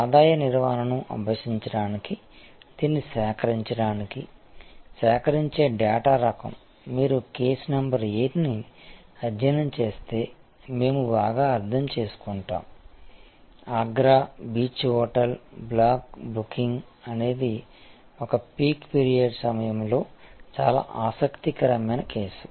ఆదాయ నిర్వహణను అభ్యసించడానికి దీన్ని సేకరించడానికి సేకరించే డేటా రకం మీరు కేస్ నంబర్ 8 ను అధ్యయనం చేస్తే మేము బాగా అర్థం చేసుకుంటాము Agra beach hotel block booking అనేది ఒక పీక్ పీరియడ్ సమయంలో చాలా ఆసక్తికరమైన కేసు